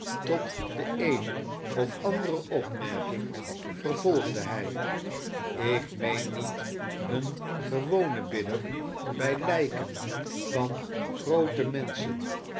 tot de eene of andere opmerking vervolgde hij ik meen niet een gewone bidder bij lijken van groote menschen